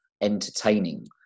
entertaining